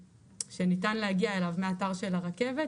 שניתן להגיע אליו מהאתר של הרכבת,